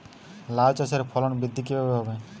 লাউ চাষের ফলন বৃদ্ধি কিভাবে হবে?